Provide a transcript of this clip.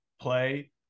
play